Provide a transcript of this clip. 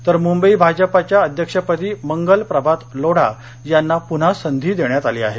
तर मुंबई भाजपाच्या अध्यक्षपदी मंगल प्रभात लोढा यांना पुन्हा संधी देण्यात आली आहे